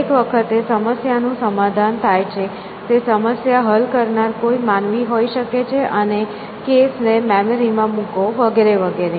દરેક વખતે સમસ્યાનું સમાધાન થાય છે તે સમસ્યા હલ કરનાર કોઈ માનવી હોઈ શકે છે અને કેસ ને મેમરી માં મૂકો વગેરે વગેરે